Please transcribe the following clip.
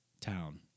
town